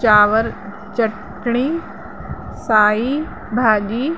चांवर चटिणी साई भाॼी